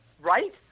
Right